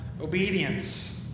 obedience